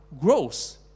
grows